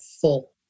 full